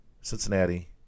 Cincinnati